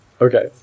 Okay